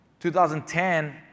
2010